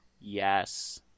Yes